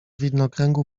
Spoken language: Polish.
widnokręgu